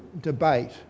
debate